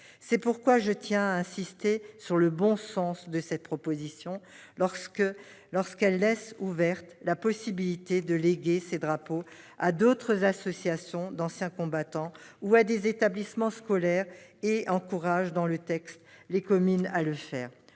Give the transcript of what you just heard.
C'est pourquoi je tiens à insister sur le bon sens dont témoigne cette proposition de loi qui « laisse ouverte » la possibilité de léguer ces drapeaux à d'autres associations d'anciens combattants ou à des établissements scolaires et qui encourage les communes à le faire.